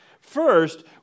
First